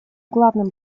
главным